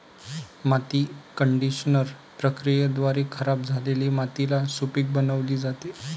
माती कंडिशनर प्रक्रियेद्वारे खराब झालेली मातीला सुपीक बनविली जाते